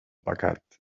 pecat